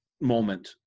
moment